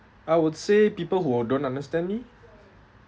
I would say people who don't understand me